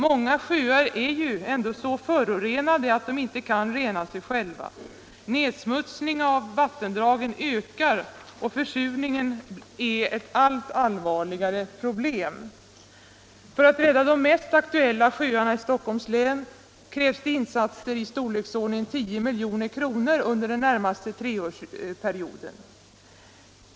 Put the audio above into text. Många sjöar är så förorenade att de inte kan rena sig själva. Nedsmutsningen av vattendragen ökar, och försurningen är ett allt allvarligare problem. För att t.ex. rädda de mest aktuella sjöarna i Stockholms län krävs det insatser av storleksordningen 10 milj.kr. under den närmaste treårsperioden.